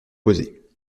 poser